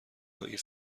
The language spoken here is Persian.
این